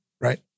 right